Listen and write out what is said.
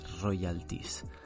Royalties